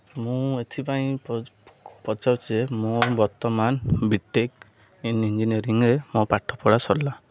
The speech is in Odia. ମୁଁ ଏଥିପାଇଁ ପଚାରୁଛି ଯେ ମୁଁ ବର୍ତ୍ତମାନ ବିଟେକ୍ ଇନ୍ ଞ୍ଜିନିୟରିଂରେ ମୋ ପାଠପଢ଼ା ସରିଲା